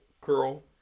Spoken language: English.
curl